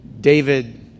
David